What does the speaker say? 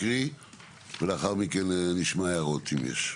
אנחנו נקריא ולאחר מכן נשמע הערות אם יש.